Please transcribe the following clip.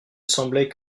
semblait